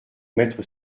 mettre